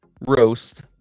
roast